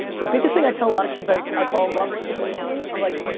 the biggest thing i tell a lot of kids i i fall in love with emotionally, i'm like,